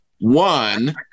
One